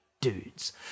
dudes